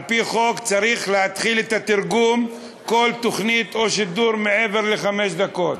על-פי חוק צריך להחיל את התרגום על כל תוכנית או שידור מעבר לחמש דקות.